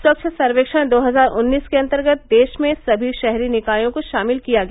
स्वच्छ सर्वेक्षण दो हजार उन्नीस के अंतर्गत देश में सभी शहरी निकायों को शामिल किया गया